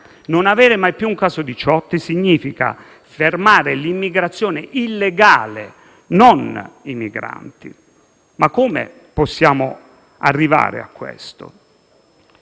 Non avere mai più un caso Diciotti significa fermare l'immigrazione illegale, non i migranti. Ma come possiamo arrivare a questo?